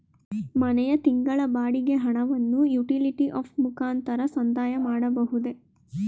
ಮನೆಯ ತಿಂಗಳ ಬಾಡಿಗೆ ಹಣವನ್ನು ಯುಟಿಲಿಟಿ ಆಪ್ ಮುಖಾಂತರ ಸಂದಾಯ ಮಾಡಬಹುದೇ?